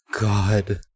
God